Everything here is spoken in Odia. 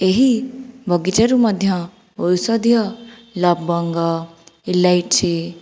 ଏହି ବଗିଚାରୁ ମଧ୍ୟ ଔଷଧୀୟ ଲବଙ୍ଗ ଇଲାଇଚି